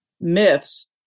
myths